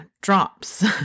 drops